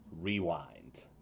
Rewind